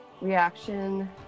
Reaction